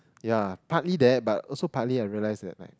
ya partly that but also partly I realise that like